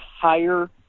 higher